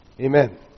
Amen